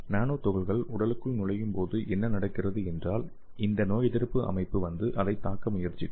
நானோ துகள்கள் உடலுக்குள் நுழையும் போது என்ன நடக்கிறது என்றால் இந்த நோயெதிர்ப்பு அமைப்பு வந்து அதைத் தாக்க முயற்சிக்கும்